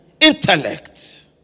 intellect